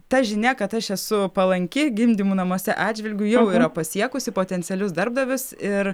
ta žinia kad aš esu palanki gimdymų namuose atžvilgiu jau yra pasiekusi potencialius darbdavius ir